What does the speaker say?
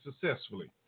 successfully